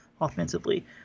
offensively